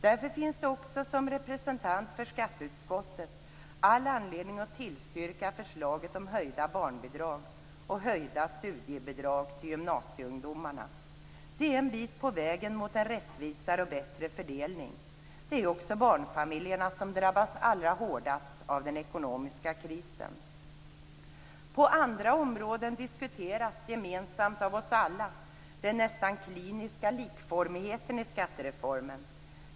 Därför finns det anledning för mig att som representant för skatteutskottet tillstyrka förslaget om höjda barnbidrag och höjda studiebidrag till gymnasieungdomarna. Det är en bit på vägen mot en rättvisare och bättre fördelning. Det är också barnfamiljerna som har drabbats allra hårdast av den ekonomiska krisen. På andra områden diskuterar vi alla den nästan kliniska likformigheten i skattereformen.